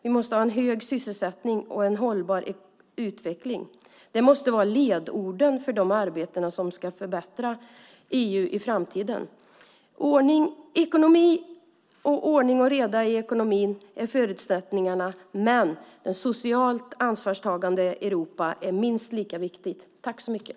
Vi måste ha hög sysselsättning och en hållbar utveckling. Det måste vara ledorden för det arbete som ska förbättra EU i framtiden. Ordning och reda i ekonomin är en förutsättning, men ett socialt ansvarstagande Europa är minst lika viktigt.